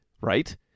right